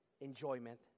enjoyment